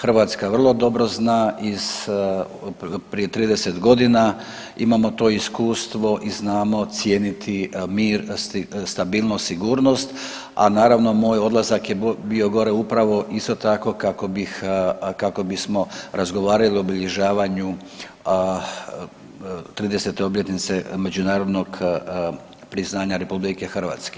Hrvatska vrlo dobro zna iz prije 30 godina imamo to iskustvo i znamo cijeniti mir, stabilnost, sigurnost, a naravno moj odlazak je bio gore upravo isto tako kako bih, kako bismo razgovarali o obilježavanju 30 obljetnice međunarodnog priznanja RH.